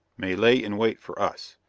may lay in wait for us.